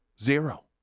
Zero